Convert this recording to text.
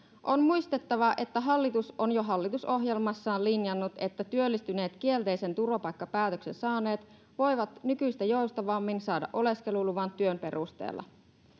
on muistettava että hallitus on jo hallitusohjelmassaan linjannut että työllistyneet kielteisen turvapaikkapäätöksen saaneet voivat nykyistä joustavammin saada oleskeluluvan työn perusteella